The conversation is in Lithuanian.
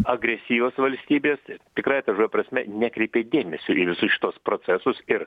agresyvios valstybės tikrąja ta žodžio prasme nekreipė dėmesio į visus šituos procesus ir